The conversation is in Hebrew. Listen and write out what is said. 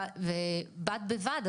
ובד בבד,